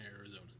Arizona